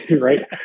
right